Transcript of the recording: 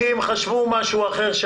כי הם חשבו משהו אחר.